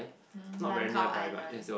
um Lantau-Island